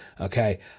okay